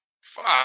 Fuck